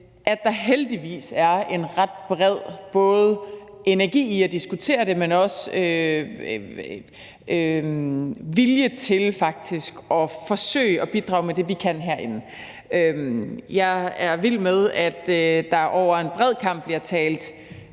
at der heldigvis er en ret bred energi i at diskutere det, men faktisk også en vilje til at forsøge at bidrage med det, vi kan herinde. Jeg er vild med, at der over en bred kam bliver talt